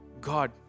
God